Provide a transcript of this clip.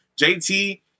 JT